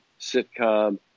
sitcom